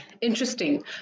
Interesting